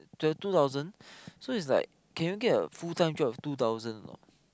the two thousand so it's like can you get a full time job with two thousand a not